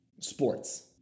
sports